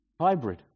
hybrid